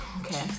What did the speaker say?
Okay